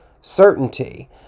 certainty